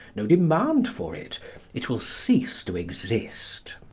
no demand for it it will cease to exist.